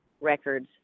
records